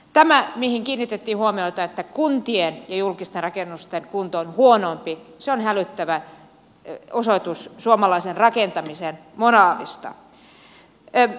tämä mihin kiinnitettiin huomiota että kuntien ja julkisten rakennusten kunto on huonompi on hälyttävä osoitus suomalaisen rakentamisen moraalista